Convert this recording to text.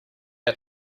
our